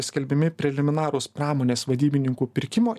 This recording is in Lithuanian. skelbiami preliminarūs pramonės vadybininkų pirkimo